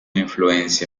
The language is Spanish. influencia